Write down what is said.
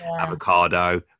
avocado